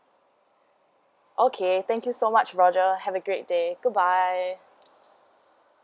okay thank you so much roger have a great day goodbye